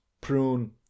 prune